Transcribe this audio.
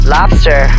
Lobster